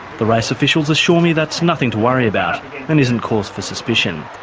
the race officials assure me that's nothing to worry about and isn't cause for suspicion.